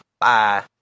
bye